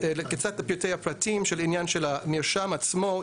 לעניין המרשם עצמו,